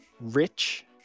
rich